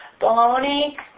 bologna